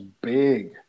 big